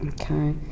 Okay